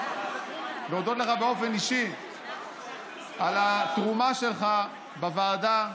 להודות לך באופן אישי על התרומה שלך בוועדה.